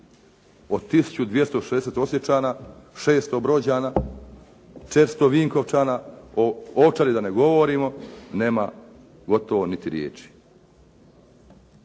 Od 1260 Osječana, 600 Brođana, 400 Vinkovčana, o Ovčari da ne govorimo nema gotovo niti riječi.